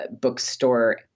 bookstore